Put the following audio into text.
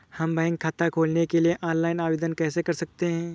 हम बैंक खाता खोलने के लिए ऑनलाइन आवेदन कैसे कर सकते हैं?